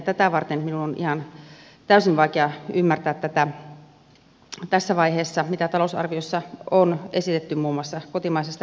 tätä varten minun on täysin vaikea ymmärtää tässä vaiheessa mitä talousarviossa on esitetty muun muassa kotimaisesta energiasta